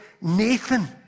Nathan